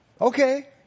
Okay